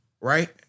Right